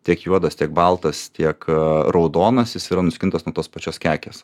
tiek juodas tiek baltas tiek raudonas jis yra nuskintas nuo tos pačios kekės